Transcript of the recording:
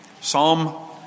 Psalm